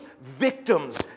victims